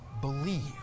believe